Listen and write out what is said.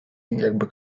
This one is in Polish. jakby